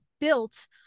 built